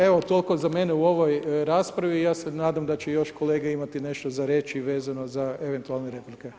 Evo toliko od mene u ovoj raspravi i ja se nadam da će još kolege imati nešto za reći vezano za eventualne replike.